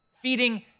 feeding